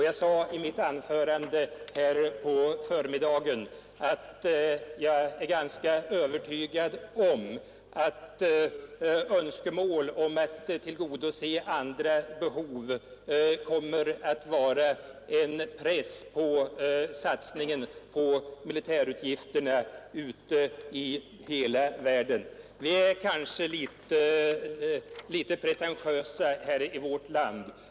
Jag sade i mitt anförande på förmiddagen att jag är ganska övertygad om att önskemål om att tillgodose andra behov kommer att vara en press på militärutgifterna i hela världen. Vi är kanske litet pretentiösa här i vårt land.